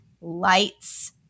lights